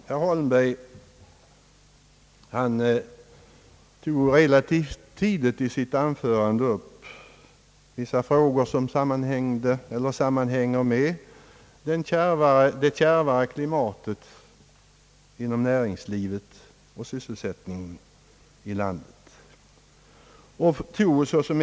Herr Holmberg tog ganska tidigt i sitt anförande upp vissa frågor som sammanhänger med det kärvare klimatet inom näringslivet och sysselsättningen i landet.